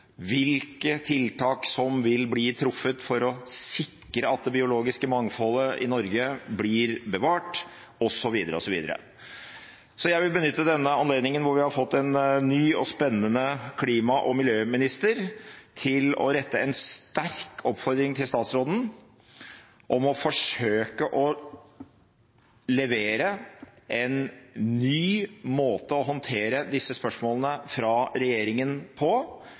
hvilke tiltak som vil bli truffet for å sikre at det biologiske mangfoldet i Norge blir bevart, osv. Så jeg vil benytte denne anledningen – hvor vi har fått en ny og spennende klima- og miljøminister – til å rette en sterk oppfordring til statsråden om å forsøke å levere en ny måte å håndtere disse spørsmålene på fra